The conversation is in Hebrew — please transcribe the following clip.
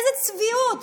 איזו צביעות.